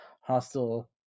hostile